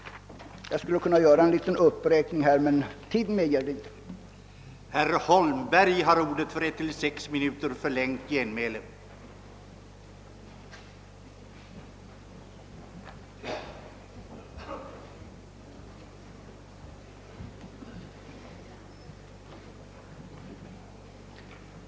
Jag skulle kunna fortsätta denna upprepning, herr talman, men tiden medger tyvärr inte detta.